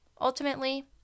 ultimately